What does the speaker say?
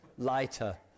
lighter